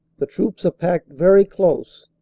the troops are packed very close,